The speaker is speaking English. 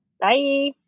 Bye